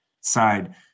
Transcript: side